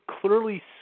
clearly